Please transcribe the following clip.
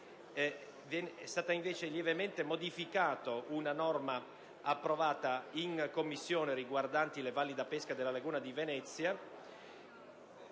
è stata lievemente modificata una norma approvata in Commissione riguardante le valli da pesca della laguna di Venezia.